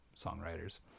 songwriters